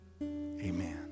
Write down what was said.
amen